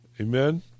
Amen